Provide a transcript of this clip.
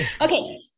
Okay